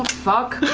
fuck?